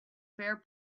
fair